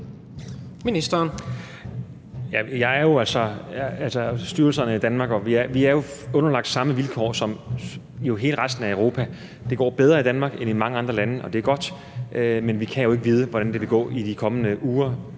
Heunicke): Vi er jo i Danmark, herunder styrelserne, underlagt de samme vilkår som resten af Europa. Det går bedre i Danmark end i mange andre lande, og det er godt. Men vi kan jo heller ikke vide, hvordan det vil gå i de kommende uger